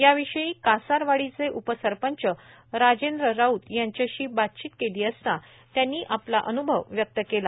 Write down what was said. याविषयी कासारवाडीचे उपसरपंच राजेंद्र राऊत यांच्याशी बातचीत केली असता त्यांनी आपला अन्भव व्यक्त केला